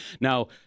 Now